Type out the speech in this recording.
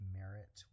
merit